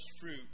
fruit